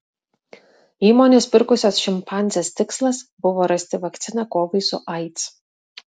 įmonės pirkusios šimpanzes tikslas buvo rasti vakciną kovai su aids